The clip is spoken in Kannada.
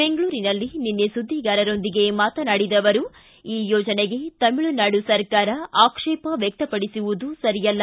ಬೆಂಗಳೂರಿನಲ್ಲಿ ನಿನ್ನೆ ಸುದ್ದಿಗಾರರೊಂದಿಗೆ ಮಾತನಾಡಿದ ಅವರು ಈ ಯೋಜನೆಗೆ ತಮಿಳುನಾಡು ಸರ್ಕಾರ ಆಕ್ಷೇಪ ವ್ಯಕ್ತಪಡಿಸುವುದು ಸರಿಯಲ್ಲ